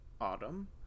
autumn